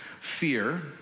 fear